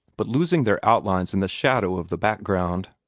but losing their outlines in the shadows of the background.